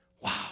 Wow